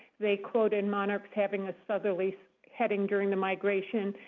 they quoted monarchs having a southerly so heading during the migration.